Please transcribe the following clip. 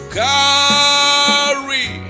carry